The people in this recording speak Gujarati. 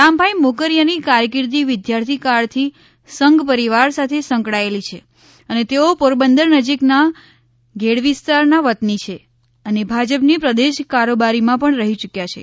રામભાઇ મોકરિયાની કારકિર્દી વિદ્યાર્થી કાળથી સંઘ પરિવાર સાથે સંકળાયેલી છે અને તેઓ પોરબંદર નજીકના ઘેડ વિસ્તારના વતની છે અને ભાજપની પ્રદેશ કારોબારીમાં પણ રહી યૂક્યા છે